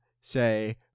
say